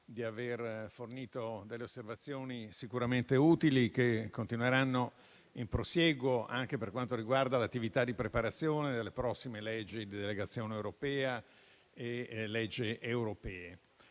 di aver fornito delle osservazioni, sicuramente utili, che continueranno in prosieguo, anche per quanto riguarda l'attività di preparazione delle prossime leggi di delegazione europea e leggi europee.